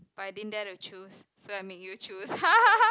but I didn't dare to choose so I make you choose